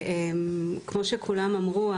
כמו שכולם אמרו,